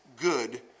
good